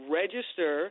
register